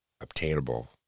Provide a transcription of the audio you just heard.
obtainable